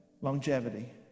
longevity